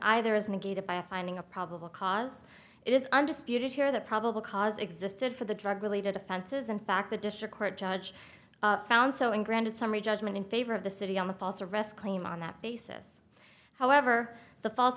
either is negated by finding a probable cause it is undisputed here that probable cause existed for the drug related offenses in fact the district court judge found so and granted summary judgment in favor of the city on the false arrest claim on that basis however the fal